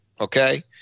Okay